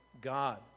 God